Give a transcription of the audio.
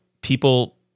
people